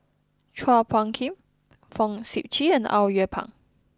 Chua Phung Kim Fong Sip Chee and Au Yue Pak